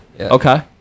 Okay